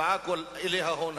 יושב-ראש הסיעה, לתפארת מדינת ישראל.